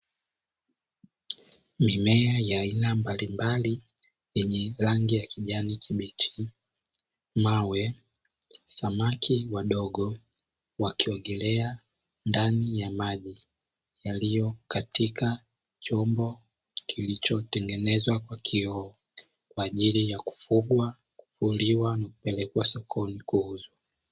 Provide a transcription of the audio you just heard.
Mimea ya aina mbalimbali yenye rangi ya kijani kibichi, mawe; samaki wadogo wakiogelea ndani ya maji yaliyo katika chombo kilichotengenezwa kwa kioo kwa ajili ya: kufugwa, kuliwa na kupelekwa sokoni kuuzwa.